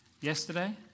yesterday